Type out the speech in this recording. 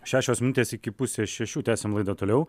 šešios minutės iki pusės šešių tęsiam laidą toliau